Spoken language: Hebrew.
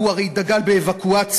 הוא הרי דגל באבקואציה,